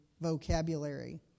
vocabulary